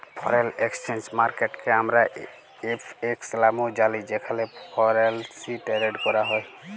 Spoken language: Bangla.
ফরেল একসচেঞ্জ মার্কেটকে আমরা এফ.এক্স লামেও জালি যেখালে ফরেলসি টেরেড ক্যরা হ্যয়